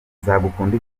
nzagukunda